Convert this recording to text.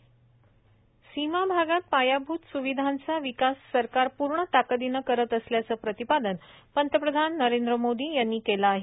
अटल बोगदा सीमाभागात पायाभूत स्विधांचा विकास सरकार पूर्ण ताकदीनं करत असल्याचं प्रतिपादन पंतप्रधान नरेंद्र मोदी यांनी केलं आहे